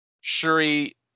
Shuri